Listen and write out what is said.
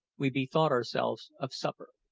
we bethought ourselves of supper.